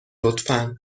لطفا